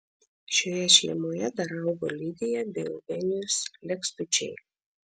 šioje šeimoje dar augo lidija bei eugenijus lekstučiai